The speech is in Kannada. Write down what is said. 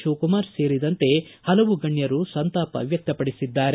ಶಿವಕುಮಾರ್ ಸೇರಿದಂತೆ ಹಲವು ಗಣ್ಣರು ಸಂತಾಪ ವ್ಯಕ್ತಪಡಿಸಿದ್ದಾರೆ